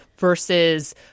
Versus